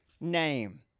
name